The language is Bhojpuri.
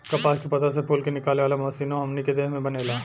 कपास के पौधा से फूल के निकाले वाला मशीनों हमनी के देश में बनेला